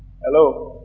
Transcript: Hello